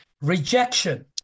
rejection